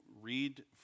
read